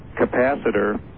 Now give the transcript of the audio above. capacitor